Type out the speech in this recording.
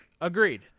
Agreed